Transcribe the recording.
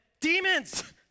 demons